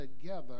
together